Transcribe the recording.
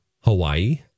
Hawaii